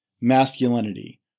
masculinity